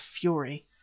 fury